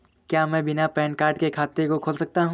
क्या मैं बिना पैन कार्ड के खाते को खोल सकता हूँ?